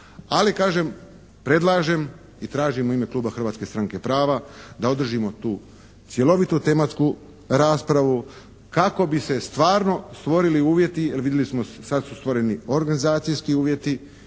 Ali kažem, predlažem i tražim u ime kluba Hrvatske stranke prava da održimo tu cjelovitu tematsku raspravu kako bi se stvarno stvorili uvjeti. Jer vidjeli smo sad su stvoreni organizacijski uvjeti